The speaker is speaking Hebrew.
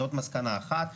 זאת מסקנה אחת.